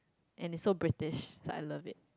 and it's so British so I love it